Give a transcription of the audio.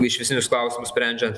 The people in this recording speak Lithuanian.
išvestinius klausimus sprendžiant